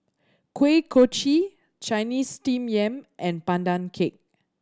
Kuih Kochi Chinese Steamed Yam and Pandan Cake